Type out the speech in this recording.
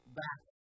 back